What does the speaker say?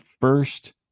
first